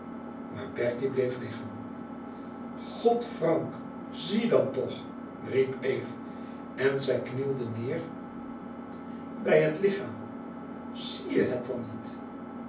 maar bertie bleef liggen god frank zie dan toch riep eve en zij knielde neêr bij het lichaam zie je het dan niet